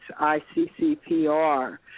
ICCPR